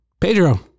Pedro